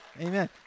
Amen